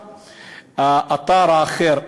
1997. האתר האחר,